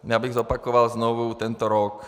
Já bych zopakoval znovu tento rok.